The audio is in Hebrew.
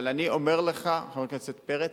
אבל אני אומר לך, חבר הכנסת פרץ,